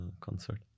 concert